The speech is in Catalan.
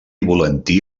volantí